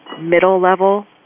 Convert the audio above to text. middle-level